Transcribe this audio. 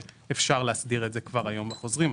שאפשר להסדיר את זה כבר עכשיו בחוזרים.